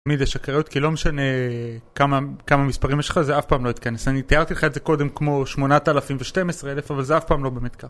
תמיד יש אקראיות, כי לא משנה כמה מספרים יש לך, זה אף פעם לא יתכנס. אני תיארתי לך את זה קודם כמו שמונת אלפים ושתים עשרה אלף אבל זה אף פעם לא באמת ככה